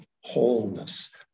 wholeness